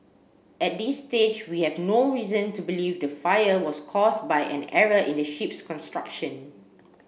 at this stage we have no reason to believe the fire was caused by an error in the ship's construction